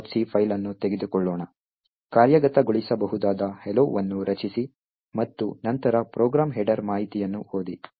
c file ಅನ್ನು ತೆಗೆದುಕೊಳ್ಳೋಣ ಕಾರ್ಯಗತಗೊಳಿಸಬಹುದಾದ hello ವನ್ನು ರಚಿಸಿ ಮತ್ತು ನಂತರ ಪ್ರೋಗ್ರಾಂ ಹೆಡರ್ ಮಾಹಿತಿಯನ್ನು ಓದಿ